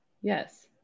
Yes